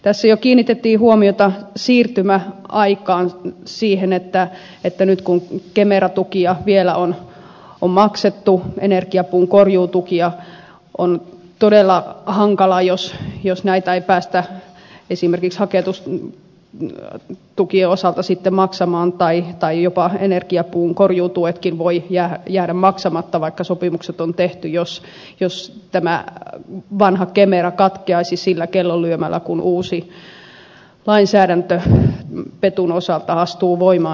tässä jo kiinnitettiin huomiota siirtymäaikaan siihen että nyt kun kemera tukia vielä on maksettu energiapuun korjuutukia on todella hankalaa jos näitä ei päästä esimerkiksi haketustukien osalta maksamaan tai jopa energiapuun korjuutuetkin voivat jäädä maksamatta vaikka sopimukset on tehty jos tämä vanha kemera katkeaisi sillä kellonlyömällä kun uusi lainsäädäntö petun osalta astuu voimaan